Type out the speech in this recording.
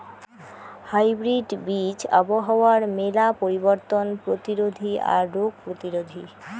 hybrid বীজ আবহাওয়ার মেলা পরিবর্তন প্রতিরোধী আর রোগ প্রতিরোধী